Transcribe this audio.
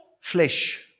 flesh